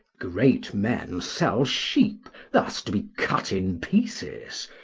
great men sell sheep, thus to be cut in pieces,